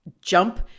jump